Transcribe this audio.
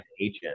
agent